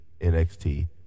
NXT